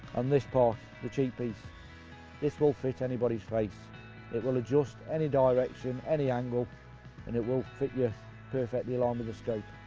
on this part the cheek piece this will fit anybody's face it will adjust any direction, any angle and it will fit yes perfect along with the scope.